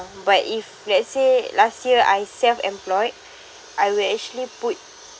but if let's say last year I self employed I will actually put